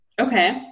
Okay